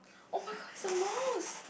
oh-my-god it's a mouse